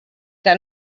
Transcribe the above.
que